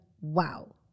Wow